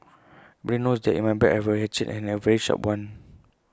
everybody knows that in my bag I have A hatchet and A very sharp one